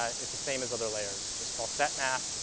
it's the same as other layers. just call set map,